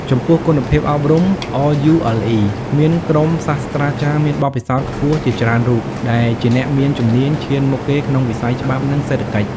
ចំពោះគុណភាពអប់រំ RULE មានក្រុមសាស្ត្រាចារ្យមានបទពិសោធន៍ខ្ពស់ជាច្រើនរូបដែលជាអ្នកជំនាញឈានមុខគេក្នុងវិស័យច្បាប់ និងសេដ្ឋកិច្ច។